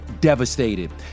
devastated